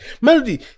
Melody